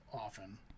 often